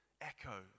echo